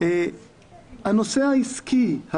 הנושא העסקי,